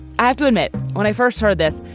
i have to admit, when i first saw this,